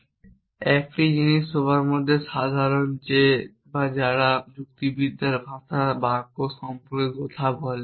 1টি জিনিস সবার মধ্যে সাধারণ যে বা যারা যুক্তিবিদ্যার ভাষা বাক্য সম্পর্কে কথা বলে